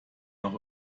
nach